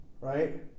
right